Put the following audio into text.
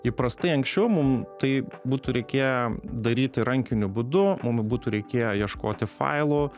įprastai anksčiau mum tai būtų reikėję daryti rankiniu būdu mum būtų reikėję ieškoti failų